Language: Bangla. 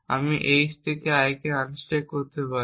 আমি H থেকে I আনস্ট্যাক করতে পারি